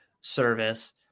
service